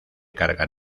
carga